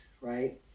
right